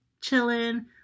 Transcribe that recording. chilling